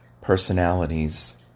personalities